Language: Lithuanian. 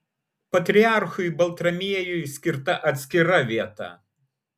patriarchui baltramiejui skirta atskira vieta